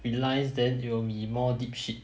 realise then it will be in more deep shit